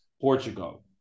Portugal